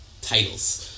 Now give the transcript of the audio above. titles